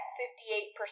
58%